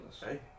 Hey